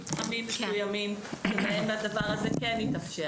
הוא יוכל להגדיר מתחמים מסוימים שבהם הדבר הזה כן יתאפשר.